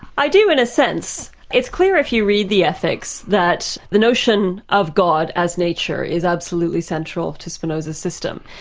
i do in a sense. it's clear if you read the epics that the notion of god as nature is absolutely central to spinoza's system.